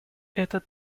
этот